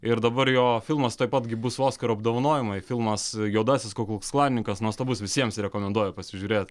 ir dabar jo filmas taip pat gi bus oskarų apdovanojimai filmas juodasis kukusklanikas nuostabus visiems rekomenduoju pasižiūrėt